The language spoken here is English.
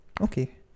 Okay